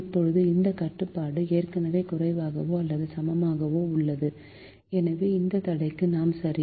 இப்போது இந்த கட்டுப்பாடு ஏற்கனவே குறைவாகவோ அல்லது சமமாகவோ உள்ளது எனவே இந்த தடைக்கு நாம் சரி